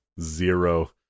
Zero